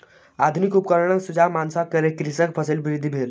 आधुनिक उपकरणक सुझाव मानला सॅ कृषक के फसील वृद्धि भेल